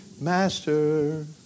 Master